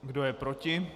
Kdo je proti?